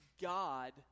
God